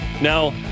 Now